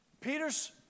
Peter's